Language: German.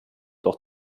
doch